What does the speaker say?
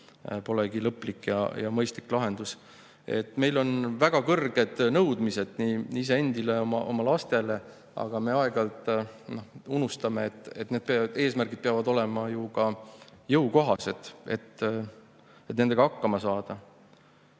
sugugi lõplik ja mõistlik lahendus. Meil on väga kõrged nõudmised nii iseendile kui ka oma lastele, aga me aeg-ajalt unustame, et eesmärgid peavad olema jõukohased, et nendega hakkama saada.